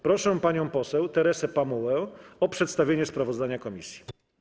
Proszę panią poseł Teresę Pamułę o przedstawienie sprawozdania komisji.